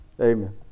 Amen